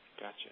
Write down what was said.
Gotcha